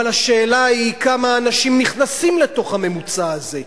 אבל שאלה היא כמה אנשים נכנסים לתוך הממוצע הזה,